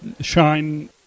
shine